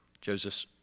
Joseph